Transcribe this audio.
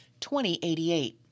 $20.88